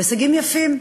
והישגים יפים.